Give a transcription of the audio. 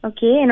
Okay